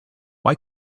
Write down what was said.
why